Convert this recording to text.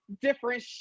different